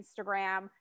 Instagram